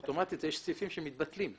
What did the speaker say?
אוטומטית יש סעיפים שמתבטלים.